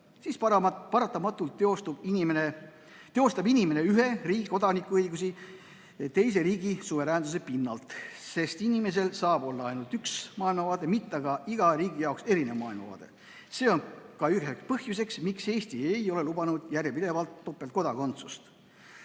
siis paratamatult teostab inimene ühe riigi kodaniku õigusi teise riigi alusväärtuste pinnalt. Inimesel saab olla ainult üks maailmavaade, mitte aga iga riigi jaoks erinev maailmavaade. See on ka üks põhjus, miks Eesti ei ole lubanud järjepidevalt topeltkodakondsust.